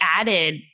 added